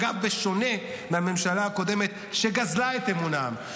אגב, בשונה מהממשלה הקודמת, שגזלה את אמון העם.